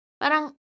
parang